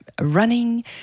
running